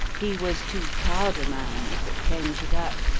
he was too proud a man, if it came to that,